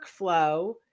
workflow